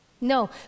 No